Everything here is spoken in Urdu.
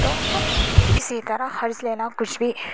تو اسی طرح قرض لینا کچھ بھی